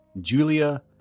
Julia